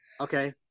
Okay